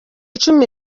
icumi